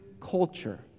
culture